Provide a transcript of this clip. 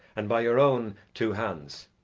and by your own two hands,